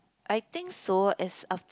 I think so as a